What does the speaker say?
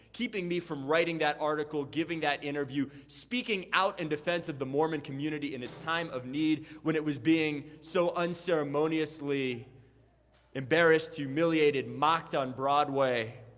keeping me from writing that article, giving that interview, speaking out in defense of the mormon community in its time of need when it was being so unceremoniously unceremoniously embarrassed, humiliated, mocked on broadway.